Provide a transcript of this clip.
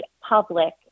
public